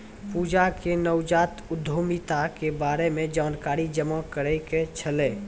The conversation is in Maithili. पूजा के नवजात उद्यमिता के बारे मे जानकारी जमा करै के छलै